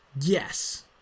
Yes